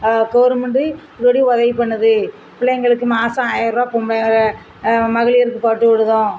government இப்படி இப்படி உதவி பண்ணுது பிள்ளைங்களுக்கு மாதம் ஆயர்ருபா பொம்மை மகளிருக்கு போட்டு விடுதோம்